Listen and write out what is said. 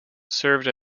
served